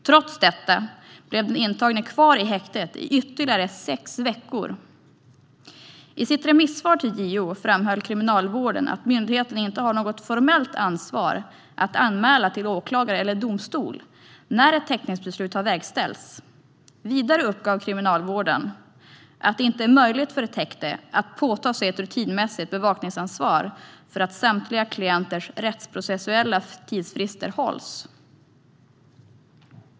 Trots detta blev den intagne kvar i häktet i ytterligare sex veckor. I sitt svar till JO framhöll Kriminalvården att myndigheten inte har något formellt ansvar att anmäla till åklagare eller domstol när ett häktningsbeslut har verkställts. Vidare uppgav Kriminalvården att det inte är möjligt för ett häkte att påta sig ett rutinmässigt bevakningsansvar för att samtliga klienters rättsprocessuella tidsfrister hålls.